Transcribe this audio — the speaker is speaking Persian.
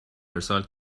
ارسال